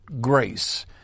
grace